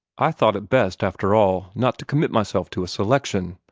i thought it best, after all, not to commit myself to a selection,